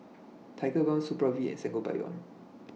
Tigerbalm Supravit and Sangobion